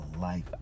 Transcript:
life